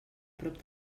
prop